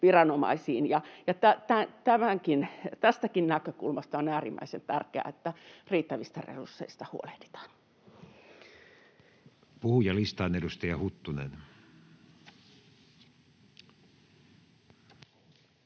viranomaisiin. Tästäkin näkökulmasta on äärimmäisen tärkeää, että riittävistä resursseista huolehditaan. [Speech 101] Speaker: Matti